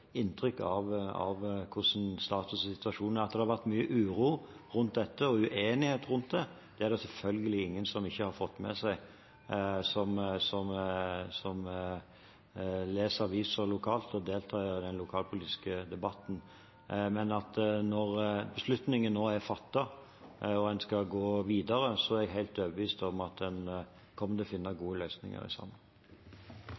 inntrykk av hvordan status for situasjonen er. Det har vært mye uro og uenighet rundt dette, og det er det selvfølgelig ingen som leser aviser lokalt og deltar i den lokalpolitiske debatten, som ikke har fått med seg. Men når beslutningen nå er fattet og en skal gå videre, er jeg helt overbevist om at en kommer til å finne